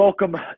Welcome